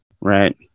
Right